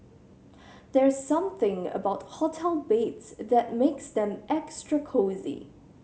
there's something about hotel beds that makes them extra cosy